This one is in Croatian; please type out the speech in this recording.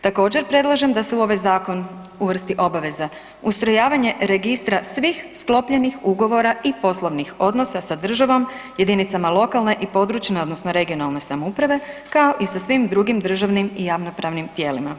Također, predlažem da se u ovaj zakon uvrsti obaveza ustrojavanje registra svih sklopljenih ugovora i poslovnih odnosa sa državom, jedinicama lokalne i područne odnosno regionalne samouprave kao i sa svim drugim državnim i javnopravnim tijelima.